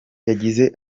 yagize